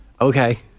Okay